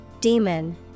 Demon